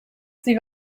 sie